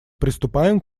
приступаем